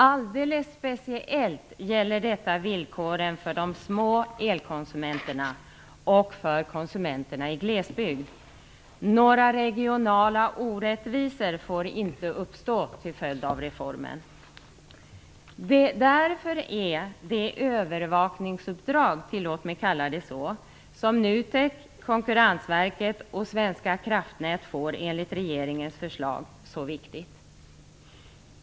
Alldeles speciellt gäller detta villkoren för de små elkonsumenterna och för konsumenterna i glesbygd. Några regionala orättvisor får inte uppstå till följd av reformen. Därför är det övervakningsuppdrag - tillåt mig att kalla det så - som NUTEK, Konkurrensverket och Svenska Kraftnät får enligt regeringens förslag så viktigt.